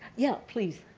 yeah, please.